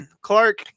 Clark